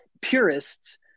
purists